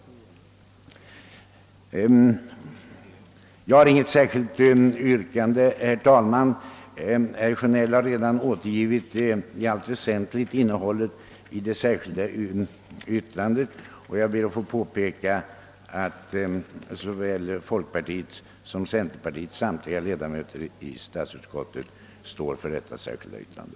Jag har inget särskilt yrkande, herr talman. Herr Sjönell har redan i allt väsentligt återgivit innehållet i det särskilda yttrandet, och jag ber att få påpeka att såväl folkpartiets som centerpartiets samtliga ledamöter i statsutskottet står för detta särskilda yttrande.